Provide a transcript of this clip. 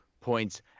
points